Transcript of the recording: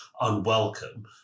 unwelcome